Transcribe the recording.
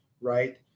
Right